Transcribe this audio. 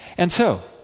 and so.